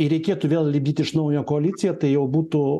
ir reikėtų vėl lipdyti iš naujo koaliciją tai jau būtų